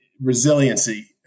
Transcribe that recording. resiliency